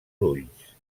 ulls